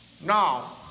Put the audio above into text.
Now